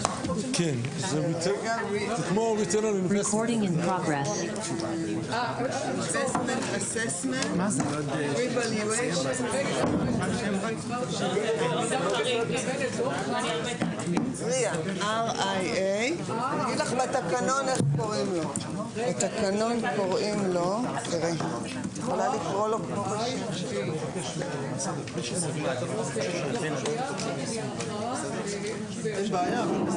11:03.